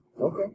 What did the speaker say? Okay